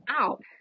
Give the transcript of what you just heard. out